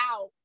out